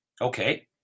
Okay